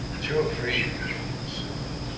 your tree, frank. you're sitting